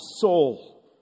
soul